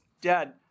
Dad